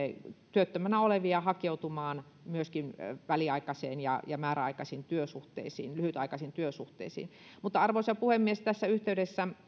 työttömänä olevia hakeutumaan myöskin väliaikaisiin ja ja määräaikaisiin lyhytaikaisiin työsuhteisiin arvoisa puhemies tässä yhteydessä